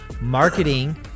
marketing